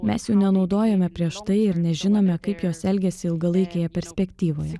mes jų nenaudojome prieš tai ir nežinome kaip jos elgiasi ilgalaikėje perspektyvoje